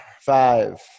Five